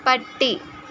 പട്ടി